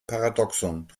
paradoxon